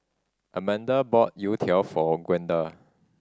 Amanda bought Youtiao for Gwenda